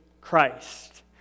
Christ